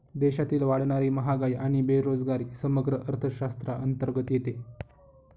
देशातील वाढणारी महागाई आणि बेरोजगारी समग्र अर्थशास्त्राअंतर्गत येते